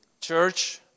Church